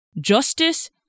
justice